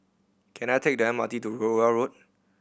can I take the M R T to Rowell Road